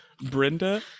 Brenda